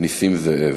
נסים זאב.